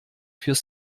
fürs